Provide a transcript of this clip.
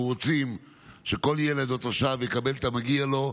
אנחנו רוצים שכל ילד או תושב יקבל את המגיע לו,